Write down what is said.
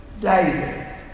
David